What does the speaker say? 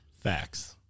Facts